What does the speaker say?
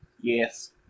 Yes